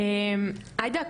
עאידה,